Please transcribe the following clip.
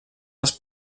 els